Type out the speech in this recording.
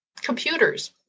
computers